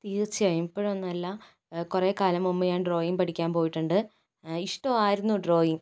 തീർച്ചയായും ഇപ്പോഴൊന്നും അല്ല കുറേക്കാലം മുമ്പ് ഞാൻ ഡ്രോയിങ് പഠിക്കാൻ പോയിട്ടുണ്ട് ഇഷ്ടമായിരുന്നു ഡ്രോയിങ്